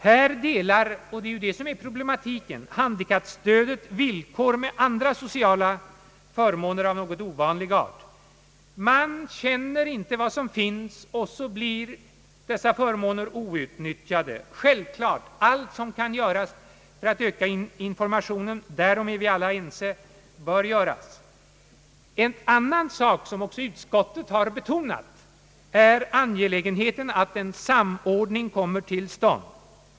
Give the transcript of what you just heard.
Handikappstödet — och det är det som är problematiken — delar villkor med andra sociala förmåner av något ovanlig art. Man känner inte till vilka förmåner som finns, och därför blir dessa stundom outnyttjade. Självfallet bör allt göras för att öka informationen — därom är vi alla ense. En annan sak som utskottet också har tagit upp är angelägenheten av att en samordning kommer till stånd.